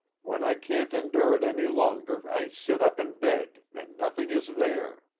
when i can't endure it any longer i sit up in bed and nothing is there!